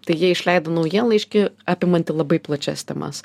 tai jie išleido naujienlaiškį apimantį labai plačias temas